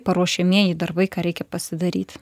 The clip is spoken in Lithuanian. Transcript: paruošiamieji darbai ką reikia pasidaryt